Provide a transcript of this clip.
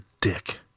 dick